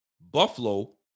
Buffalo